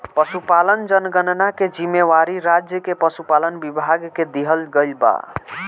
पसुपालन जनगणना के जिम्मेवारी राज्य के पसुपालन विभाग के दिहल गइल बा